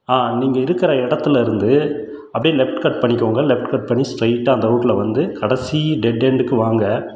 ஆ நீங்கள் இருக்கிற இடத்துலருந்து அப்படியே லெஃப்ட் கட் பண்ணிக்கோங்க லெஃப்ட் கட் பண்ணி ஸ்ட்ரைட்டாக அந்த ரோடில் வந்து கடைசி டெட் எண்டுக்கு வாங்க